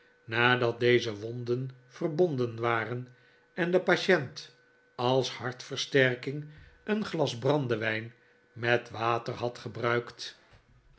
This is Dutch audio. nadat deze wonden verbonden waren en de patient als hartversterking een glas brandewijn met water had gebruikt